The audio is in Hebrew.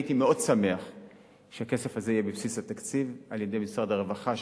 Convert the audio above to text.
אני הייתי מאוד שמח אם הכסף הזה יהיה בבסיס התקציב של משרד הרווחה,